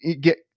get